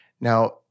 Now